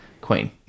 Queen